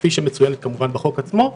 כפי שמצוינת כמובן בחוק עצמו,